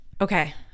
okay